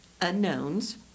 unknowns